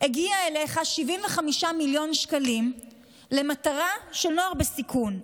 של 75 מיליון שקלים למטרה של נוער בסיכון.